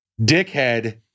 Dickhead